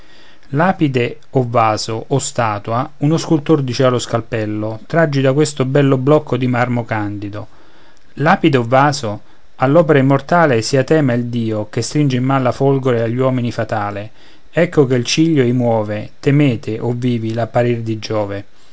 lapide o vaso o statua uno scultor diceva allo scalpello traggi da questo bello blocco di marmo candido lapide o vaso all'opera immortale sia tema il dio che stringe in man la folgore agli uomini fatale ecco che il ciglio ei muove temete o vivi l'apparir di giove